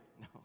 No